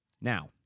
Now